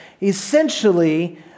essentially